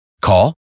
Call